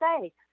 say